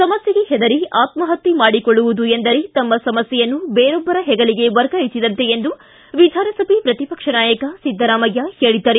ಸಮಸ್ಥೆಗೆ ಹೆದರಿ ಆತ್ಮಪತ್ಯೆ ಮಾಡಿಕೊಳ್ಳುವುದು ಎಂದರೆ ತಮ್ಮ ಸಮಸ್ಠೆಯನ್ನು ಬೇರೊಬ್ಬರ ಹೆಗಲಿಗೆ ವರ್ಗಾಯಿಸಿದಂತೆ ಎಂದು ವಿಧಾನಸಭೆ ಪ್ರತಿಪಕ್ಷ ನಾಯಕ ಸಿದ್ದರಾಮಯ್ಯ ಹೇಳಿದ್ದಾರೆ